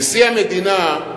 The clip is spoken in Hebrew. נשיא המדינה,